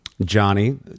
Johnny